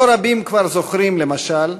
לא רבים עוד זוכרים, למשל,